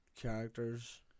characters